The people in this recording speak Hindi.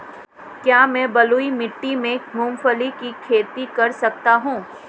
क्या मैं बलुई मिट्टी में मूंगफली की खेती कर सकता हूँ?